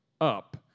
up